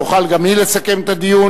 תוכל גם היא לסכם את הדיון,